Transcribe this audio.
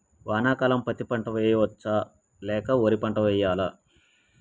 వానాకాలం పత్తి పంట వేయవచ్చ లేక వరి పంట వేయాలా?